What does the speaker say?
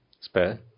spare